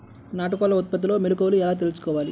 నాటుకోళ్ల ఉత్పత్తిలో మెలుకువలు ఎలా తెలుసుకోవాలి?